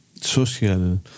social